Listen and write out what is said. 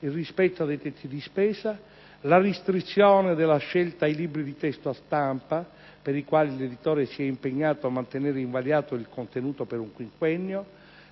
il rispetto dei tetti di spesa, la restrizione della scelta ai libri di testo a stampa per i quali l'editore si è impegnato a mantenere invariato il contenuto per un quinquennio,